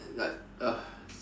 and like uh